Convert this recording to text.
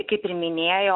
kaip ir minėjo